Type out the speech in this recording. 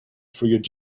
through